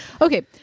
Okay